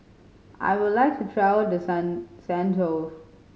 I would like to travel to San Saint